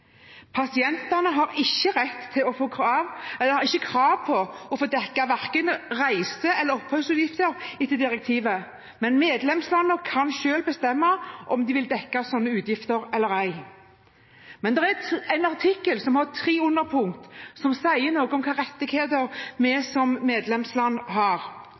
Pasientene har ifølge direktivet ikke krav på å få dekket verken reise- eller oppholdsutgifter, men medlemslandene kan selv bestemme om de vil dekke sånne utgifter eller ei. Det er en artikkel som har tre underpunkter, og som sier noe om hvilke rettigheter vi som medlemsland har.